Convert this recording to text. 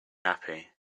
happy